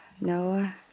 Noah